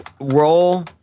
roll